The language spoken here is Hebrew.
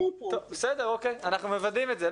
אנחנו מוודאים את זה.